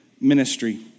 ministry